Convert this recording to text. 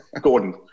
gordon